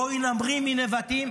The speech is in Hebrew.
בואו נמריא מנבטים,